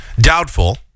doubtful